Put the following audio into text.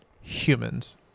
humans